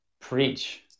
Preach